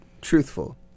truthful